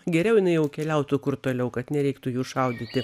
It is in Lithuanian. geriau jinai jau keliautų kur toliau kad nereiktų jų šaudyti